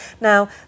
Now